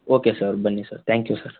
okay sir ಬನ್ನಿ sir thank you sir